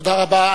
תודה רבה.